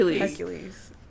Hercules